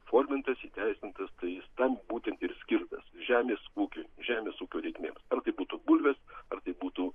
formintas įteisintas tai jis tam būtent ir skirtas žemės ūkiui žemės ūkio reikmėms ar tai būtų bulvės ar tai būtų